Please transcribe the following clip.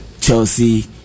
Chelsea